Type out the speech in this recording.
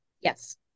Yes